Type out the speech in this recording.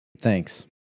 thanks